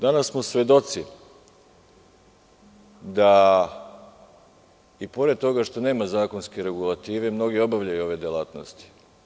Danas smo svedoci da i pored toga što nema zakonske regulative, mnogi obavljaju ove delatnosti.